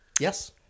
Yes